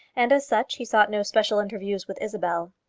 and as such he sought no especial interviews with isabel.